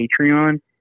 Patreon